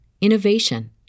innovation